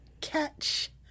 Catch